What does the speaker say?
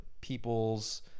people's